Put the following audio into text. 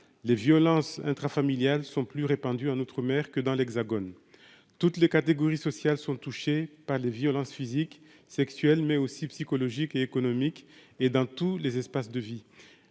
les violences intrafamiliales sont plus répandu en outre-mer que dans l'Hexagone, toutes les catégories sociales sont touchées par les violences physiques, sexuelles, mais aussi psychologique et économique et dans tous les espaces de vie,